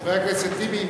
חבר הכנסת טיבי,